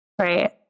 Right